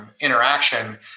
interaction